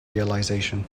realization